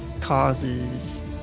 causes